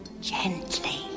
gently